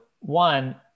one